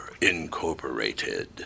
Incorporated